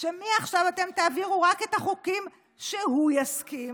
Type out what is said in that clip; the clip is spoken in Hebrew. שמעכשיו אתם תעבירו רק את החוקים שהוא יסכים